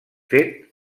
fet